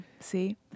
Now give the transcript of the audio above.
See